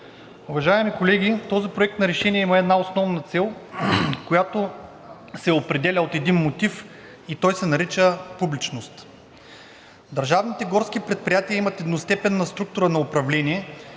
Уважаеми колеги, този проект на решение има една основна цел, която се определя от един мотив и той се нарича „публичност“. Държавните горски предприятия имат едностепенна структура на управление.